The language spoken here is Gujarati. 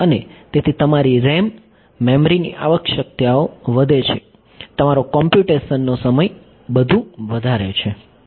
તેથી તમારી RAM મેમરીની આવશ્યકતાઓ વધે છે તમારો કોંપ્યુટેશનનો સમય બધું વધારે છે